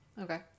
Okay